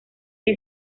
que